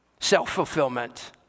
self-fulfillment